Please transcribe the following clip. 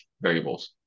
variables